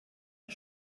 der